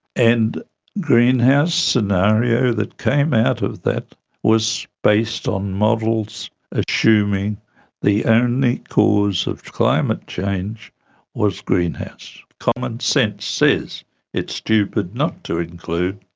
and the greenhouse scenario that came out of that was based on models assuming the only cause of climate change was greenhouse. common-sense says it's stupid not to include,